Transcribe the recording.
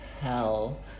hell